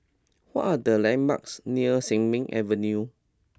what are the landmarks near Sin Ming Avenue